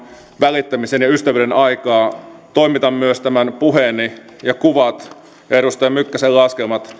välittämisen ja ystävyyden aikaa toimitan myös tämän puheeni ja kuvat ja edustaja mykkäsen laskelmat